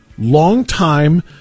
long-time